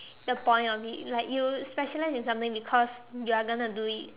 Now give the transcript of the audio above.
the point of it like you specialise in something because you are gonna do it